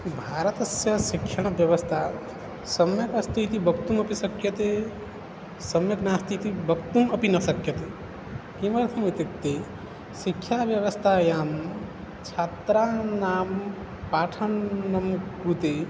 भारतस्य शिक्षणव्यवस्था सम्यक् अस्ति इति वक्तुमपि शक्यते सम्यक् नास्ति इति वक्तुम् अपि न शक्यते किमर्थम् इत्युक्ते शिक्षाव्यवस्थायां छात्राणां पाठनं कृते